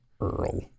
Earl